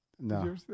No